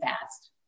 fast